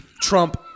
Trump